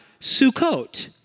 Sukkot